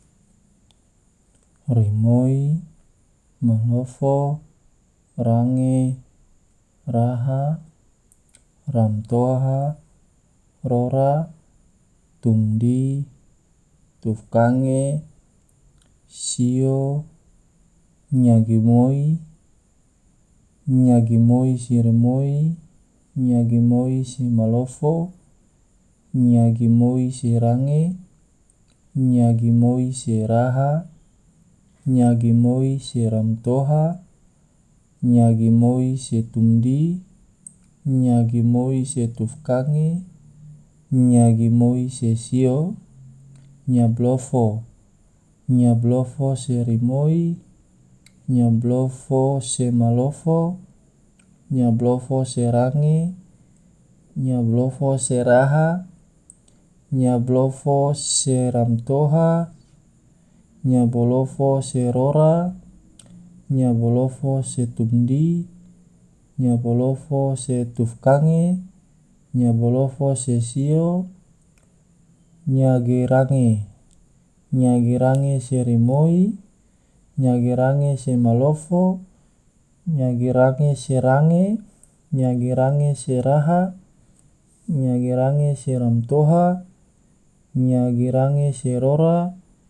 Rimoi, malofo, range, raha, ramtoha, rora, tomdi, tufkange, sio, nyagi moi, nyagi moi se rimoi, nyagi moi se malofo, nyagi moi se range, nyagi moi se raha, nyagi moi se ramtoha, nyagi moi se rora, nyagi moi se tomdi, nyagi moi se tufkange, nyagi moi se sio, nyabalofo, nyabalofo se rimoi, nyabalofo se malofo, nyabalofo se range, nyabalofo se raha, nyabalofo se ramtoha, nyabalofo se rora, nyabalofo se tomdi, nyabalofo se tufkange, nyabalofo se sio, nyagi range, nyagi range se rimoi, nyagi range se malofo, nyagi range se range, nyagi range se raha, nyagi range se ramtoha, nyagi range se rora.